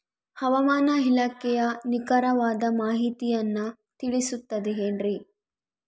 ಹವಮಾನ ಇಲಾಖೆಯ ನಿಖರವಾದ ಮಾಹಿತಿಯನ್ನ ತಿಳಿಸುತ್ತದೆ ಎನ್ರಿ?